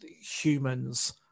humans